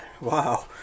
Wow